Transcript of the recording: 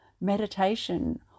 meditation